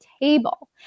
table